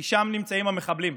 כי שם נמצאים המחבלים,